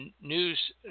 news